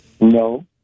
No